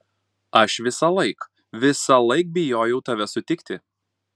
aš visąlaik visąlaik bijojau tave sutikti